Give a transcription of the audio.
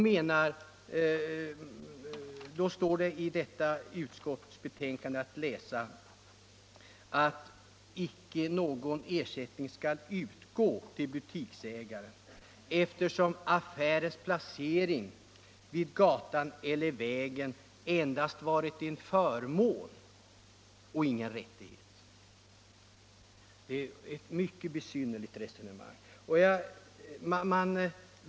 Och då står det att läsa i detta betänkande att någon ersättning inte skall utgå till butiksägaren, eftersom affärens placering vid gatan eller vägen ”endast är en förmån men ingen rättighet”. Det är ett mycket besynnerligt resonemang.